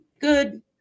good